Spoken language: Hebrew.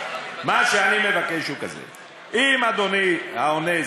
מה שאני מבקש הוא כזה: אם אדוני העונה,